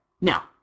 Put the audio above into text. now